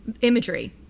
imagery